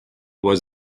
was